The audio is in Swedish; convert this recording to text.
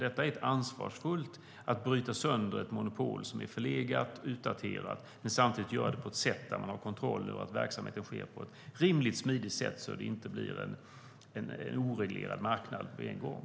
Det är ansvarsfullt att bryta sönder ett monopol som är förlegat och daterat samtidigt som man gör det på ett sådant sätt att man har kontroll över verksamheten. Det ska ske på ett rimligt smidigt sätt så att det inte blir en oreglerad marknad med en gång.